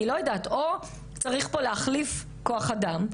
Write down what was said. אני לא יודעת: או שצריך להחליף פה כוח אדם,